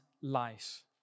life